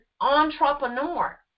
entrepreneur